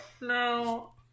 No